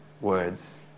words